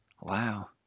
Wow